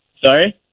Sorry